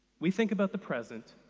we think about the present,